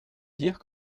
dire